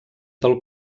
del